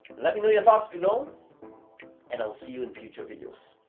let me know your thoughts below and i'll see you in future videos.